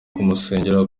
kumusengera